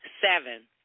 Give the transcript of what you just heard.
Seven